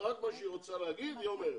רק מה שהיא רוצה להגיד היא אומרת.